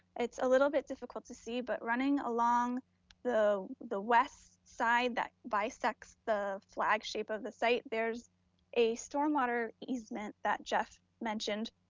it's a little bit difficult to see but running along the the west side that bisects the flag shape of the site, there's a stormwater easement that jeff mentioned,